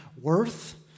worth